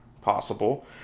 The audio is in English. possible